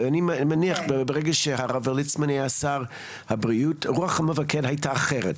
ואני מניח שברגע שהרב ליצמן היה שר הבריאות רוח המפקד היתה אחרת.